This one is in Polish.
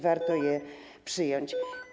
Warto je przyjąć.